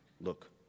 look